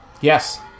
Yes